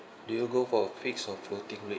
do you go for a fixed or floating rate